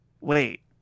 wait